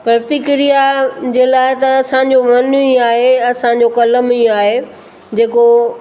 प्रतिक्रिया जे लाइ त असांजो मनु ई आहे असांजो क़लम ई आहे जेको